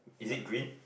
is it green